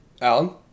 Alan